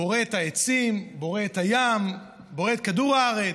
בורא את העצים, בורא את הים, בורא את כדור הארץ,